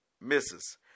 misses